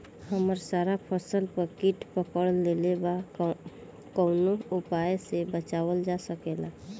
हमर सारा फसल पर कीट पकड़ लेले बा कवनो उपाय से बचावल जा सकेला?